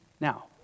Now